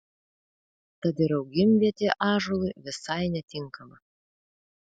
tad ir augimvietė ąžuolui visai netinkama